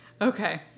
Okay